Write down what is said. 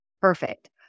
Perfect